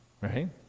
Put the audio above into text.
right